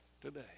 today